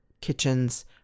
kitchens